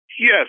Yes